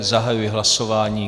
Zahajuji hlasování.